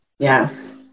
Yes